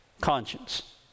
conscience